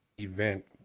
event